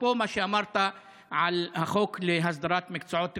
אפרופו מה שאמרת על החוק להסדרת מקצועות רפואיים,